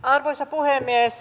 arvoisa puhemies